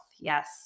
yes